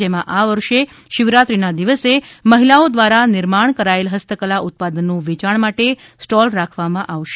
જેમાં આ વર્ષે શિવરાત્રીના દિવસે મહિલાઓ દ્વારા નિર્માણ કરાયેલ હસ્તકલા ઉત્પાદનનુ વેચાણ માટે સ્ટોલ રાખવામાં આવેલ છે